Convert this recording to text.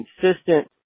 consistent